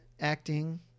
acting